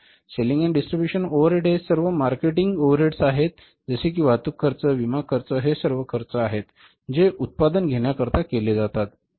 selling आणि distribution overhead हे सर्व मार्केटिंग ओव्हरहेड्स आहेत जसे कि वाहतूक खर्च विमा खर्च हे सर्व खर्च आहेत जे उत्पादन घेण्याकरिता केले जातात